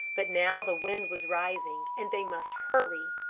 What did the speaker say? but now the wind was rising and they must hurry.